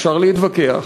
אפשר להתווכח,